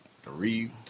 three